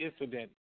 incident